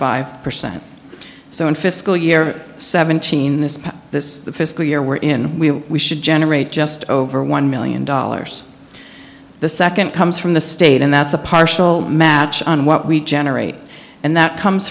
five percent so in fiscal year seventeen this this fiscal year we're in we should generate just over one million dollars the second comes from the state and that's a partial match on what we generate and that comes